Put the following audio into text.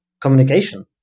communication